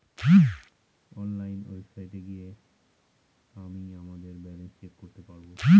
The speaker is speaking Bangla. অনলাইন ওয়েবসাইটে গিয়ে আমিই আমাদের ব্যালান্স চেক করতে পারবো